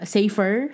Safer